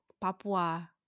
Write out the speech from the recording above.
Papua